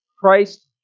Christ